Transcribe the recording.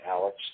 Alex